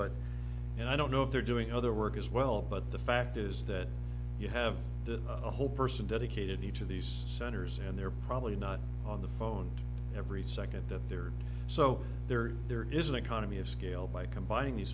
but and i don't know if they're doing other work as well but the fact is that you have the whole person dedicated each of these centers and they're probably not on the phone every second that there are so there are there is an economy of scale by combining these